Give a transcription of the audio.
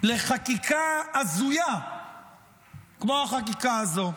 לחקיקה הזויה כמו החקיקה הזו.